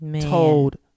told